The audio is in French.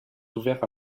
ouvert